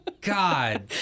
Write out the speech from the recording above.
God